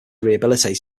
rehabilitate